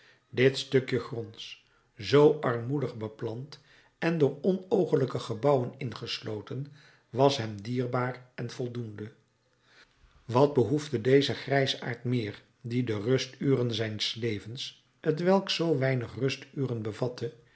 dit stukje gronds zoo armoedig beplant en door onooglijke gebouwen ingesloten was hem dierbaar en voldoende wat behoefde deze grijsaard meer die de rusturen zijns levens t welk zoo weinig